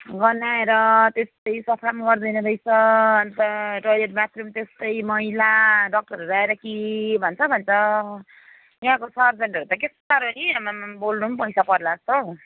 गन्हाएर त्यस्तै सफा पनि गर्दैन रहेछ अन्त टोइलेट बाथरुम त्यस्तै मैला डक्टरहरू आएर के भन्छ भन्छ यहाँको सर्जनहरू त के साह्रो नि आम्मामामा बोल्नु पनि पैसा पर्ला जस्तो हो